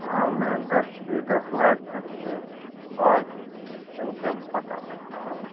हाँ मैं दस से दस लाख तक के पाँच संख्या बता सकता हूँ